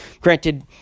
Granted